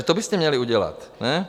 To byste měli udělat, ne?